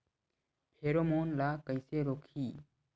Pheromone ला कइसे रोकही?